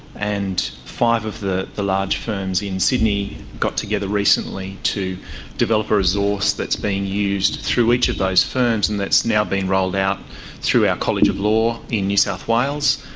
and five of the the large firms in sydney got together recently to develop a resource that's being used through each of those firms and that's now been rolled out through our college of law in new south wales,